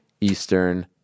Eastern